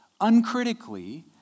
uncritically